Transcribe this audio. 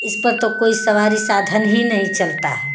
इस पर तो कोई सवारी साधन ही नहीं चलता है